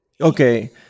Okay